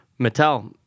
Mattel